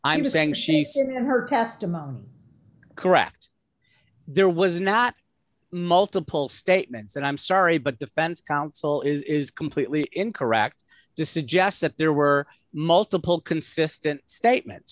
i'm saying she said in her testimony correct there was not multiple statements and i'm sorry but defense counsel is completely incorrect to suggest that there were multiple consistent statements